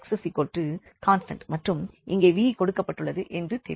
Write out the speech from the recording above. எனவே அங்கே Fxc மற்றும் இங்கே v கொடுக்கப்பட்டுள்ளது என்று தெரியும்